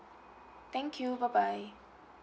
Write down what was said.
thank you bye bye